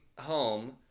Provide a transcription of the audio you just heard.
home